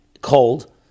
cold